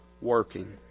working